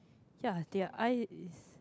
yeah there're I is